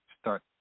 start